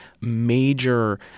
major